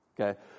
Okay